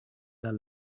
their